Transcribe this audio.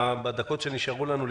בדיונים קודמים,